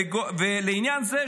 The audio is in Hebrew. לעניין זה,